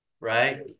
right